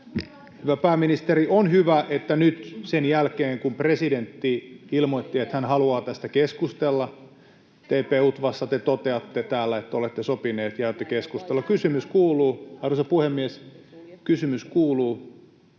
Hyvä pääministeri, on hyvä, että nyt, sen jälkeen kun presidentti ilmoitti, että hän haluaa tästä keskustella TP-UTVAssa, te toteatte täällä, että olette sopineet ja olette keskustelleet. Arvoisa puhemies! Kysymys kuuluu: